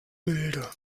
milde